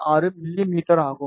6 மிமீ ஆகும்